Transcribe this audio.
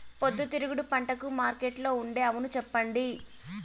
పొద్దుతిరుగుడు పంటకు మార్కెట్లో ఉండే అవును చెప్పండి?